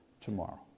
tomorrow